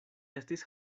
estis